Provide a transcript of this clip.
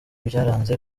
byaranze